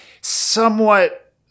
somewhat